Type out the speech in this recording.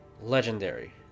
legendary